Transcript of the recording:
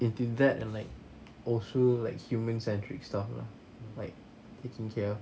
into that and like also like human-centric stuff lah like taking care